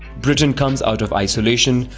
britain comes out of isolation,